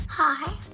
Hi